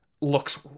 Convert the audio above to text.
looks